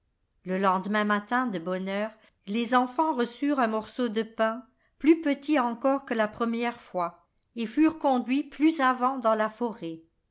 le lendemain matin de bonne heure les enfants reçurent un morceau de pain plus petit encore que la première fois et furent conduits plus avant dans la forêt